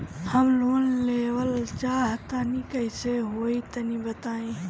हम लोन लेवल चाह तनि कइसे होई तानि बताईं?